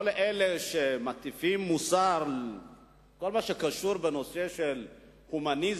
כל אלה שמטיפים מוסר בכל מה שקשור בנושא ההומניזם,